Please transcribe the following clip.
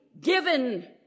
given